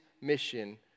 mission